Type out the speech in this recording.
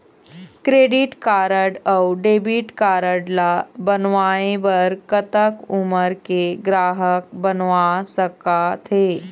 Credit card अऊ debit card ला बनवाए बर कतक उमर के ग्राहक बनवा सका थे?